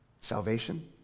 Salvation